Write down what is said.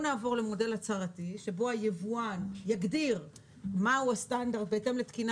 נעבור למודל הצהרתי שבו היבואן יגדיר מהו הסטנדרט בהתאם לתקינה